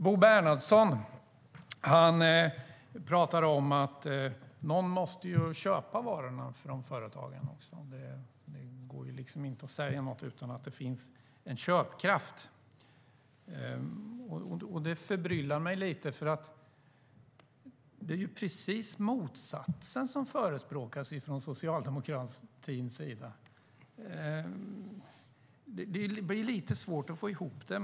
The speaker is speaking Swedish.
Bo Bernhardsson talar om att någon måste köpa varorna från företagen. Det går liksom inte att sälja något utan att det finns en köpkraft. Det förbryllar mig lite. Det är ju precis motsatsen som förespråkas från Socialdemokraternas sida. Det blir svårt att få ihop det.